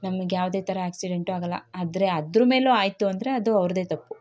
ನಮ್ಗೆ ಯಾವ್ದೆ ಥರ ಆಕ್ಸಿಡೆಂಟು ಆಗೋಲ್ಲ ಆದರೆ ಅದ್ರ ಮೇಲು ಆಯಿತು ಅಂದರೆ ಅದು ಅವ್ರದೆ ತಪ್ಪು